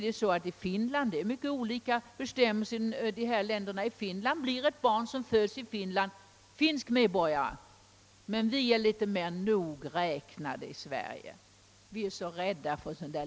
Det är emellertid mycket olikartade bestämmelser i de nordiska länderna. Jag kan nämna att ett barn som föds i Finland blir finsk medborgare. Vi är mera nogräknade i Sverige, vi är tydligen rädda för vissa små barn!